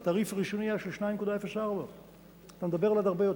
התעריף הרשמי היה של 2.04. אתה מדבר על עוד הרבה יותר.